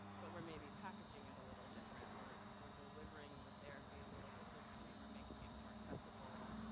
but we're maybe packaging it a little different. we're we're delivering the therapy a little bit differently, we're making it more accessible,